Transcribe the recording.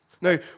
Now